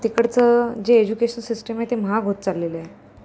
तिकडचं जे education system आहे ते महाग होत चाललेलं आहे